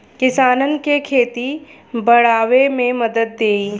किसानन के खेती बड़ावे मे मदद देई